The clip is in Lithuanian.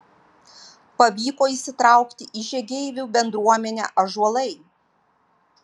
pavyko įsitraukti į žygeivių bendruomenę ąžuolai